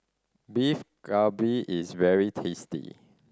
Beef Galbi is very tasty